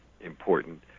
important